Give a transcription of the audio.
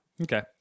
Okay